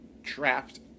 Trapped